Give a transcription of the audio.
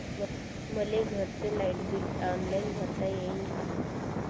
मले घरचं light bill online भरता येईन का?